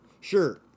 Sure